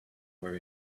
where